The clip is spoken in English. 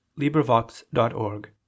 LibriVox.org